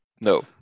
No